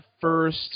first